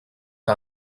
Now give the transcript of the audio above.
que